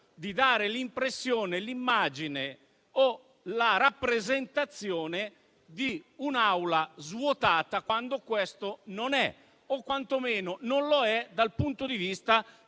di dare l'impressione, l'immagine o la rappresentazione di un'Aula svuotata quando questo non è, o quantomeno non lo è dal punto di vista